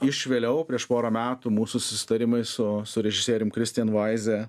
iš vėliau prieš porą metų mūsų susitarimai su su režisieriumi kristian vaiza